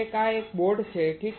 તેથી આ બોટ છે